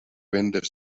vendes